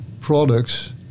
products